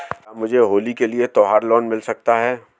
क्या मुझे होली के लिए त्यौहार लोंन मिल सकता है?